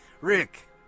Rick